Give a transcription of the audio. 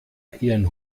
ihren